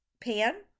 pan